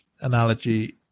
analogy